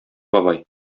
бабай